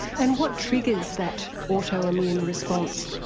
and what triggers that auto-immune response?